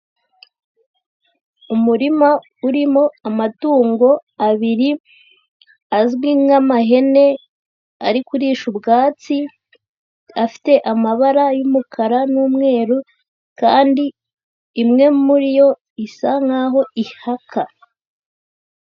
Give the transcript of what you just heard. Umurima urimo amatungo abiri azwi nk'amahene ari kurisha ubwatsi, afite amabara y'umukara n'umweru kandi imwe muri yo isa nkaho ihaka.